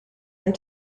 and